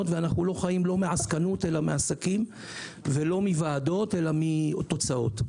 וחיים לא מעסקנות אלא מעסקים ולא מוועדות אלא מתוצאות.